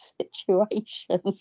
situation